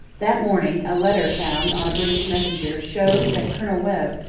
that morning a letter found on a british messenger showed that colonel webb,